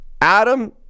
Adam